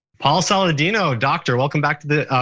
paul saladino, doctor, welcome back to the, oh,